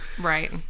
Right